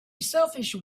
selfish